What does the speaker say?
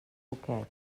poquets